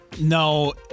No